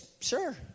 sure